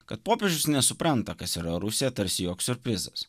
kad popiežius nesupranta kas yra rusija tarsi joks siurprizas